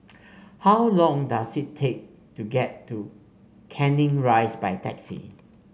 how long does it take to get to Canning Rise by taxi